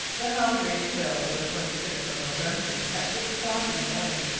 the halbrane sailed on the twenty sixth of november, at six o'clock in the morning,